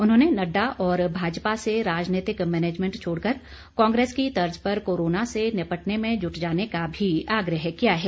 उन्होंने नड्डा और भाजपा से राजनीतिक मैनेजमेंट छोड़कर कांग्रेस की तर्ज पर कोरोना से निपटने में जुट जाने का भी आग्रह किया है